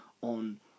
on